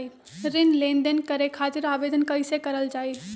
ऋण लेनदेन करे खातीर आवेदन कइसे करल जाई?